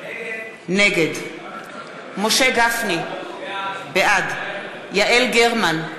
נגד משה גפני, בעד יעל גרמן,